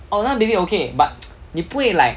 orh 那个 baby okay but 你不会 like